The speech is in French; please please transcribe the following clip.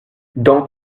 dans